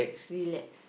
relax